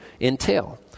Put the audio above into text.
entail